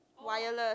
wireless